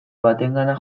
batengana